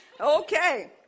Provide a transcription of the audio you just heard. Okay